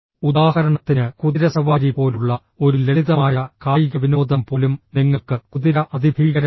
ഉദാഹരണത്തിന് കുതിരസവാരി പോലുള്ള ഒരു ലളിതമായ കായികവിനോദം പോലും നിങ്ങൾക്ക് കുതിര അതിഭീകരമാണ്